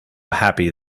happy